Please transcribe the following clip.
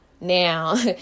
Now